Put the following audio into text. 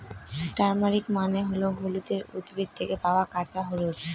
turmeric মানে হল হলুদের উদ্ভিদ থেকে পাওয়া কাঁচা হলুদ